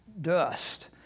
dust